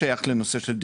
שבה אין